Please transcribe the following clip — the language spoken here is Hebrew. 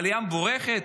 עלייה המבורכת,